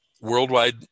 Worldwide